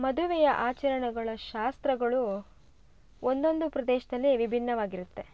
ಮದುವೆಯ ಆಚರಣೆಗಳ ಶಾಸ್ತ್ರಗಳು ಒಂದೊಂದು ಪ್ರದೇಶದಲ್ಲಿ ವಿಭಿನ್ನವಾಗಿರುತ್ತೆ